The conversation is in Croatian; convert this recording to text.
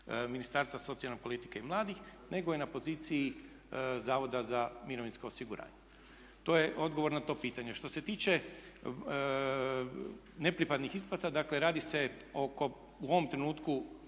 Ministarstva socijalne politike i mladih, nego je na poziciji Zavoda za mirovinsko osiguranje. To je odgovor na to pitanje. Što se tiče nepripadnih isplata, dakle radi se oko u ovom trenutku